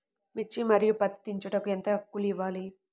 మిర్చి మరియు పత్తి దించుటకు ఎంత కూలి ఇవ్వాలి?